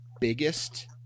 biggest